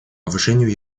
повышению